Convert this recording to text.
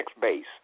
base